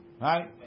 right